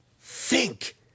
Think